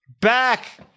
Back